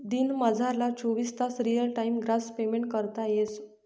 दिनमझारला चोवीस तास रियल टाइम ग्रास पेमेंट करता येस